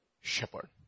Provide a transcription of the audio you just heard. Shepherd